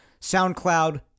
SoundCloud